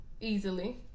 easily